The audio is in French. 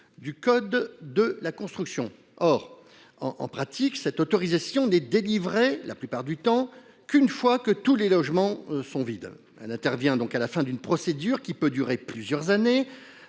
et de l’habitation. Or, dans les faits, cette autorisation n’est délivrée, la plupart du temps, qu’une fois que tous les logements sont vides. Elle intervient donc à la fin d’une procédure qui peut durer plusieurs années,